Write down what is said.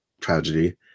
tragedy